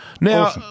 Now